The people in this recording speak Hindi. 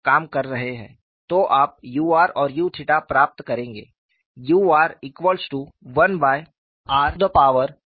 तो आप u r और u 𝜽 प्राप्त करेंगे ur1rn2f1 है